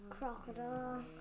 crocodile